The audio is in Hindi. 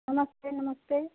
नमस्ते नमस्ते